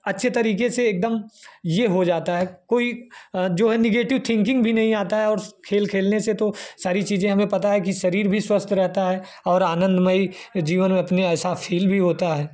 अच्छी तरीके से एकदम यह हो जाता है कोई जो है निगेटिव थिंकिंग भी नहीं आता है और खेल खेलने से तो सारी चीज़ें पता है कि शरीर भी स्वस्थ रहता है और आनंदमय जीवन अपने ऐसा फील भी होता है